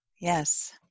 Yes